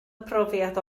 profiad